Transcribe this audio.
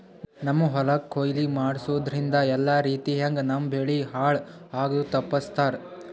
ನಮ್ಮ್ ಹೊಲಕ್ ಕೊಯ್ಲಿ ಮಾಡಸೂದ್ದ್ರಿಂದ ಎಲ್ಲಾ ರೀತಿಯಂಗ್ ನಮ್ ಬೆಳಿ ಹಾಳ್ ಆಗದು ತಪ್ಪಸ್ತಾರ್